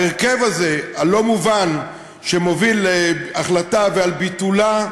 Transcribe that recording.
ההרכב הזה, הלא-מובן, שמוביל להחלטה לביטולה,